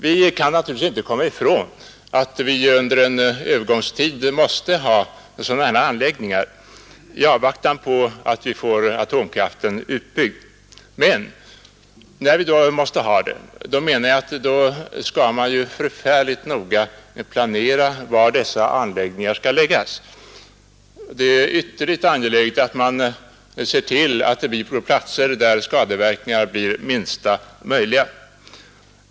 Vi kan naturligtvis inte komma ifrån att vi under en övergångstid måste ha sådana anläggningar i avvaktan på att vi får atomkraften utbyggd, men när vi måste ha dem skall vi, menar jag, mycket noga planera var dessa anläggningar skall läggas. Det är ytterligt angeläget att man ser till att det blir på platser där skadeverkningarna blir minsta möjliga.